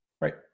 Right